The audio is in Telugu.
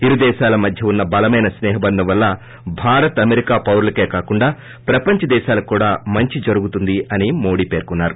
ఇరు దేశాల మధ్య ఉన్న బలమైన స్పేహ బంధం వల్ల భారత్ అమెరికా పౌరులకే కాకుండా ప్రపంచ దేశాలకు కూడా మంచి జరుగుతుంది అని మోడి చెప్పారు